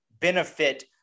Benefit